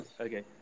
Okay